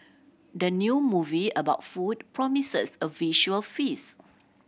the new movie about food promises a visual feast